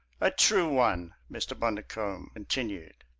a true one! mr. bundercombe continued.